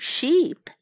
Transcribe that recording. Sheep